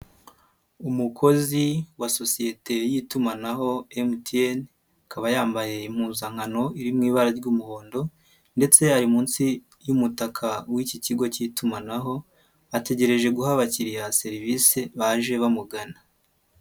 Umukozi wa sosiyete y'itumanaho MTN, akaba yambaye impuzankano iri mu ibara ry'umuhondo ndetse ari munsi y'umutaka w'iki kigo cyitumanaho, ategereje guha abakiriya serivisi baje bamugana.